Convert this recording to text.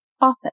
office